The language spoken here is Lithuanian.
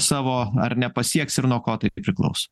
savo ar nepasieks ir nuo ko tai priklauso